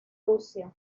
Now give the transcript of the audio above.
rusia